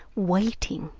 waiting.